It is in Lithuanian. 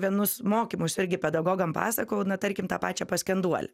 vienus mokymus irgi pedagogam pasakojau na tarkim tą pačią paskenduolę